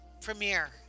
premiere